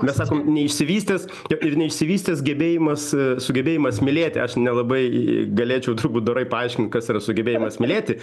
mes sakom neišsivystęs jo ir neišsivystęs gebėjimas sugebėjimas mylėti aš nelabai galėčiau turbūt dorai paaiškint kas yra sugebėjimas mylėti